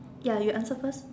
ya you answer first